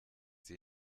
sie